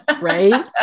right